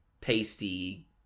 pasty